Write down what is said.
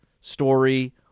story